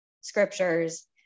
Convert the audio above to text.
scriptures